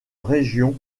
régions